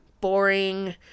boring